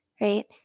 right